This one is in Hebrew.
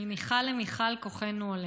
ממיכל למיכל כוחנו עולה.